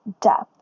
depth